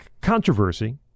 Controversy